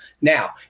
Now